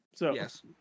Yes